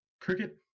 Cricket